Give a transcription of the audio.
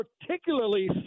particularly